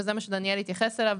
וזה מה שדניאל התייחס אליו.